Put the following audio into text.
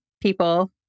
people